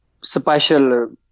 special